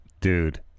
dude